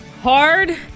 Hard